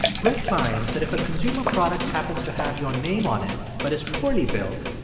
brett finds that if a consumer product happens to have your name on it but is poorly built,